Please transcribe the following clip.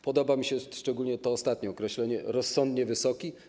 Podoba mi się szczególnie to ostatnie określenie: rozsądnie wysoki.